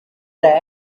track